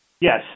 Yes